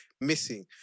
missing